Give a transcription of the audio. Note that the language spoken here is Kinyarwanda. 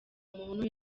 muntu